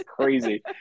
crazy